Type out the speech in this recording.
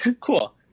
Cool